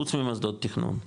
חוץ ממוסדות תיכנון,